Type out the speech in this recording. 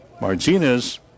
Martinez